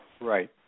right